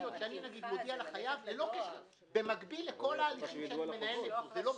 אינפורמטיביות שאני מודיע לחייב במקביל לכל ההליכים שאני מנהל נגדו.